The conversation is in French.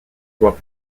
doit